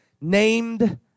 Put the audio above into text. named